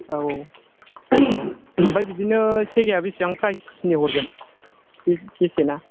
औ औ आमफ्राय बिदिनो सेगाया बेसेबां प्राइसनि हरगोन बेसेना